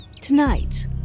Tonight